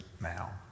now